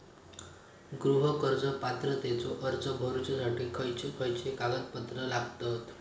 गृह कर्ज पात्रतेचो अर्ज भरुच्यासाठी खयचे खयचे कागदपत्र लागतत?